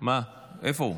איפה הוא?